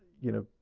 you know,